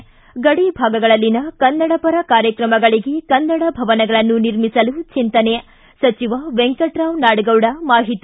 ಿ ಗಡಿ ಭಾಗಗಳಲ್ಲಿನ ಕನ್ನಡ ಪರ ಕಾರ್ಯಕ್ರಮಗಳಿಗೆ ಕನ್ನಡ ಭವನಗಳನ್ನು ನಿರ್ಮಿಸಲು ಚಿಂತನೆ ಸಚಿವ ವೆಂಕಟರಾವ್ ನಾಡಗೌಡ ಮಾಹಿತಿ